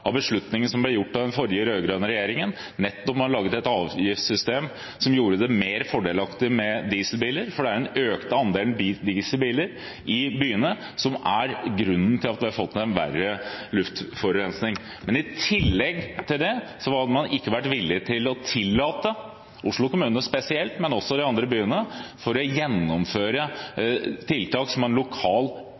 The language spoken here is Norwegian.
av beslutningen som ble tatt av den forrige, rød-grønne, regjeringen, som laget et avgiftssystem som gjorde det mer fordelaktig med dieselbiler – for det er den økte andelen dieselbiler i byene som er grunnen til at vi har fått mer luftforurensning – man var i tillegg ikke villig til å tillate Oslo kommune spesielt, men også de andre byene å gjennomføre tiltak som